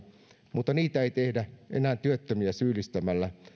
mutta niitä ei tehdä enää työttömiä syyllistämällä